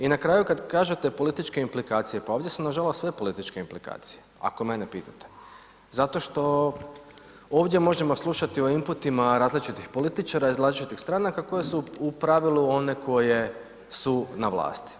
I na kraju kad kažete političke implikacije, pa ovdje su nažalost sve političke implikacije ako mene pitate zato što ovdje možemo slušati o inputima različitih političara iz različitih stranaka koje su u pravilu one koje su na vlasti.